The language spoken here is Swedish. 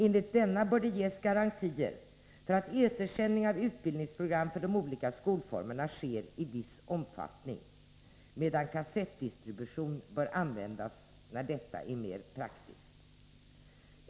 Enligt denna bör det ges garantier för att etersändning av utbildningsprogram för de olika skolformerna sker i viss omfattning, medan kassettdistribution bör användas när detta är mer praktiskt.